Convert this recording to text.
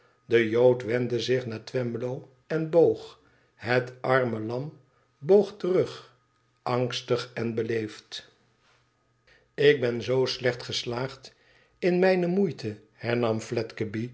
de jood wendde zich naar twemlow en boog het arme lam boog terug angstig en beleefd ik ben zoo slecht geslaagd in mijne moeite